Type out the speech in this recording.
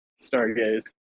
Stargaze